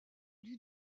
lui